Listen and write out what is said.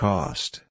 Cost